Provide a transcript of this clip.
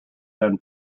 than